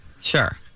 sure